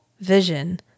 vision